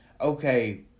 okay